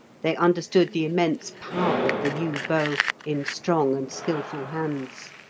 they understood the immense power of the yew bow in strong and skilful hands.